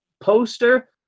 poster